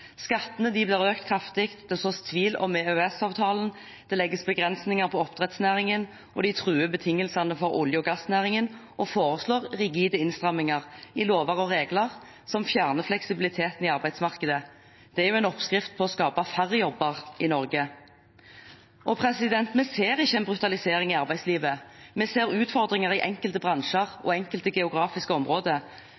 Skattene blir økt kraftig. Det sås tvil om EØS-avtalen. Det legges begrensninger på oppdrettsnæringen. De truer betingelsene for olje- og gassnæringen og foreslår rigide innstramminger i lover og regler som fjerner fleksibiliteten i arbeidsmarkedet. Det er en oppskrift på å skape færre jobber i Norge. Vi ser ikke en brutalisering i arbeidslivet. Vi ser utfordringer i enkelte bransjer